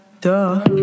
Duh